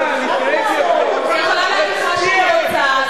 אין להם חשמל באוהלים.